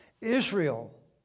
Israel